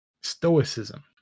stoicism